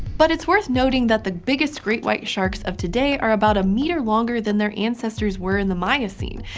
but it's worth noting that the biggest great white sharks of today are about a meter longer than their ancestors were in the miocene,